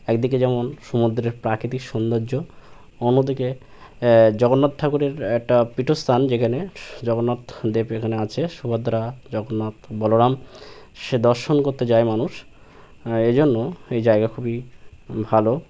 একদিকে যেমন সমুদ্রের প্রাকৃতিক সৌন্দর্য অন্যদিকে জগন্নাথ ঠাকুরের একটা পীঠস্থান যেখানে জগন্নাথদেব এখানে আছে সুভদ্রা জগন্নাথ বলরাম সে দর্শন করতে যায় মানুষ এজন্য এই জায়গা খুবই ভালো